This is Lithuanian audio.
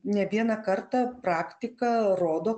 ne vieną kartą praktika rodo